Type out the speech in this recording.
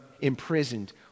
imprisoned